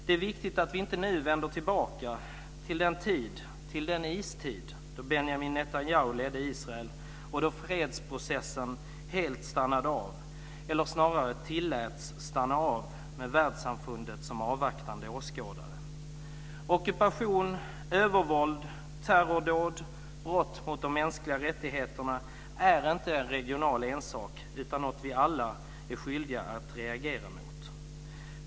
Det är viktigt att vi inte nu vänder tillbaka till den istid då Benjamin Netanyahu ledde Israel och då fredsprocessen helt stannade av eller snarare tilläts stanna av, med världssamfundet som avvaktande åskådare. Ockupation, övervåld, terrordåd, brott mot de mänskliga rättigheterna är inte en regional ensak utan något vi alla är skyldiga att reagera mot.